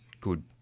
good